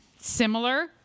Similar